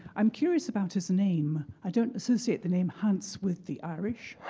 i'm curious about his name. i don't associate the name hans with the irish,